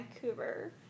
Vancouver